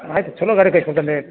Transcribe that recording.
ಆಯ್ತು ಚೊಲೋ ಗಾಡಿ